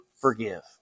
forgive